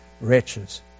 wretches